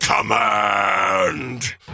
COMMAND